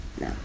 no